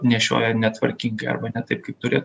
nešioja netvarkingai arba ne taip kaip turėtų